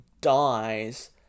dies